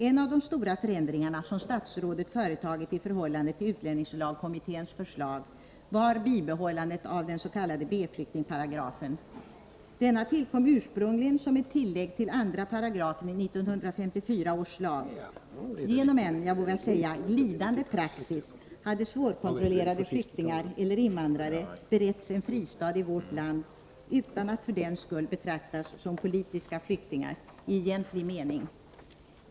En av de stora förändringarna som statsrådet företagit i förhållande till utlänningslagkommitténs förslag var bibehållandet av den s.k. B-flyktingparagrafen. Denna tillkom ursprungligen som ett tillägg till 2 §i 1954 års lag. Genom en — jag vågar säga — glidande praxis hade svårkontrollerade flyktingar eller invandrare beretts en fristad i vårt land utan att för den skull betraktas som politiska flyktingar i egentlig mening.